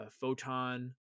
Photon